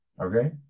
Okay